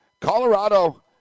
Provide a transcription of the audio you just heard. Colorado